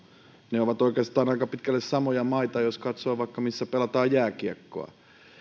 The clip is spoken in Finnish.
ne ovat oikeastaan aika pitkälle samoja maita jos katsoo vaikka sitä missä pelataan jääkiekkoa